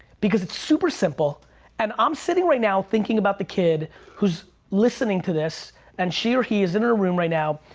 because it's super simple and i'm sitting right now thinking about the kid who's listening to this and she or he is in her room right now,